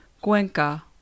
Cuenca